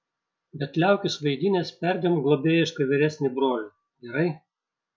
bet liaukis vaidinęs perdėm globėjišką vyresnį brolį gerai